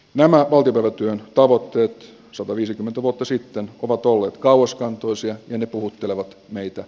nämä motivoiva työ toukotyöt sataviisikymmentä vuotta sitten ovat olleet kauaskantoisia ja ne puhuttelevat meitä